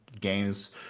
games